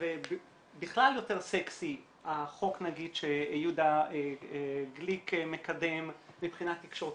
ובכלל יותר סקסי החוק שיהודה גליק מקדם מבחינה תקשורתית.